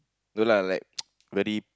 no lah like very